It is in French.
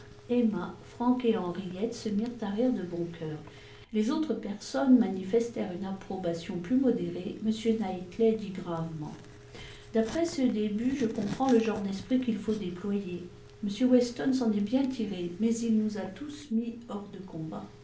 emma frank et henriette se mirent à rire de bon cœur les autres personnes manifestèrent une approbation plus modérée m knightley dit gravement d'après ce début je comprends le genre d'esprit qu'il faut déployer m weston s'en est bien tiré mais il nous a tous mis hors de combat